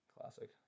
Classic